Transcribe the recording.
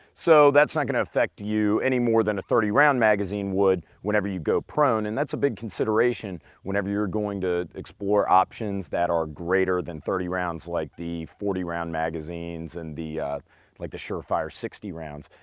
so that's not gonna affect you any more than a thirty round magazine would whenever you go prone, and that's a big consideration whenever you're going to explore options that are greater than thirty rounds like the forty round magazines and the like the surefire sixty rounds.